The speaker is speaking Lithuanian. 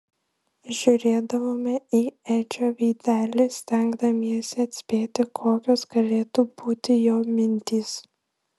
žiūrėdavome į edžio veidelį stengdamiesi atspėti kokios galėtų būti jo mintys